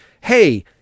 hey